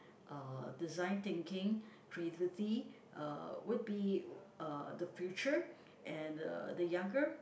uh design thinking creativity uh would be uh the future and the the younger